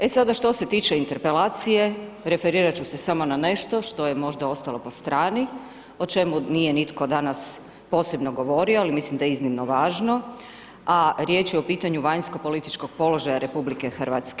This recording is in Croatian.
E sada što se tiče interpelacije, referirati ću se samo na nešto što je možda ostalo po strani, o čemu nije nitko danas, posebno govorio, a mislim da je iznimno važno, a riječ je o pitanju vanjsko političkog položaja RH.